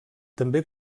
també